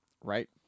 right